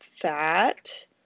fat